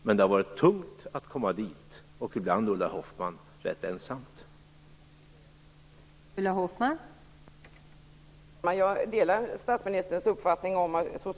Men det har varit tungt att komma dit, och ibland rätt ensamt, Ulla Hoffmann.